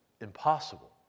impossible